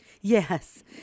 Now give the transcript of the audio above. Yes